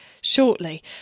shortly